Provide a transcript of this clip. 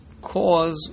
cause